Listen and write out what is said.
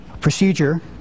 procedure